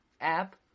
app